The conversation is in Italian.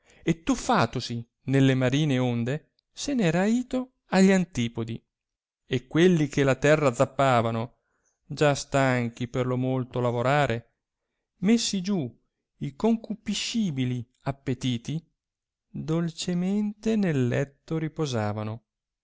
e tuffatosi nelle marine onde se ne era ito a gli antipodi e quelli che la terra zappavano già stanchi per lo molto lavorare messi giù i concupiscibili appetiti dolcemente nel letto riposavano